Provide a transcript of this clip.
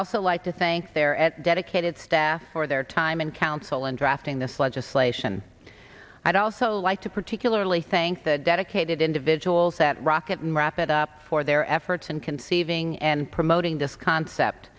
also like to thank there at dedicated staff for their time and counsel in drafting this legislation i'd also like to particularly thank the dedicated individuals that rocket and wrap it up for their efforts and conceiving and promoting this concept